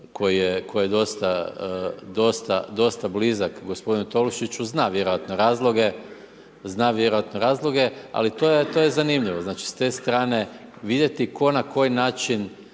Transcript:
koji je dosta blizak gospodinu Tolušiću, zna vjerojatno razloge ali to je zanimljivo, znači s te strane vidjeti tko na koji način